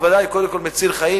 בוודאי קודם כול מציל חיים,